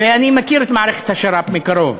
ואני מכיר את מערכת השר"פ מקרוב.